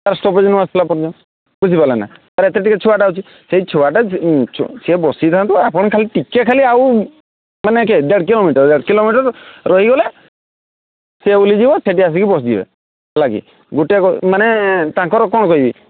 ତାର ଷ୍ଟପେଜ୍ ନ ଆସିଲା ପର୍ଯ୍ୟନ୍ତ ବୁଝିପାରିଲ ନା ତାର ଏତେ ଟିକେ ଛୁଆଟା ଅଛି ସେଇ ଛୁଆଟା ସିଏ ବସିଥାନ୍ତୁ ଆପଣ ଖାଲି ଟିକେ ଖାଲି ଆଉ ମାନେ କି ଦେଢ଼ କିଲୋମିଟର୍ ଦେଢ଼ କିଲୋମିଟର୍ ରହିଗଲେ ସିଏ ଓହ୍ଲିଯିବ ସେଇଠି ଆସିକି ବସିଯିବେ ହେଲାକି ଗୋଟିକ ମାନେ ତାଙ୍କର କ'ଣ କହିବି